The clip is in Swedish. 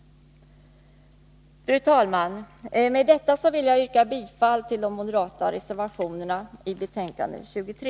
Fru talman! Med detta vill jag yrka bifall till de moderata reservationerna i betänkande 23.